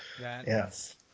Yes